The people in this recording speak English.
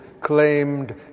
claimed